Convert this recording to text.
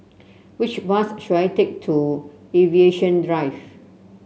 which bus should I take to Aviation Drive